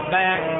back